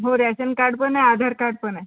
हो ration card पण आहे आधार कार्ड पपण आहे